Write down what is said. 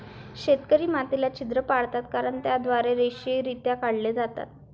शेतकरी मातीला छिद्र पाडतात कारण ते त्याद्वारे रेषीयरित्या काढले जातात